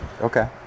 okay